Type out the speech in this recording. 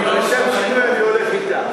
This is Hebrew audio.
לשם שינוי, אני הולך אתה.